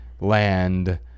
land